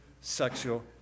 sexual